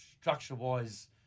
Structure-wise